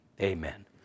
Amen